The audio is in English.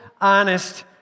honest